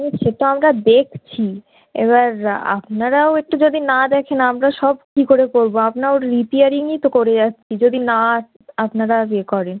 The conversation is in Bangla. হুম সেটা আমরা দেখছি এবার আপনারাও একটু যদি না দেখেন আমরা সব কী করে করবো আপনাও রিপেরিংই তো করে যাচ্ছি যদি না আপনারা এ করেন